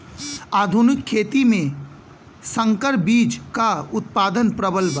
आधुनिक खेती में संकर बीज क उतपादन प्रबल बा